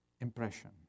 impression